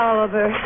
Oliver